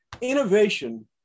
Innovation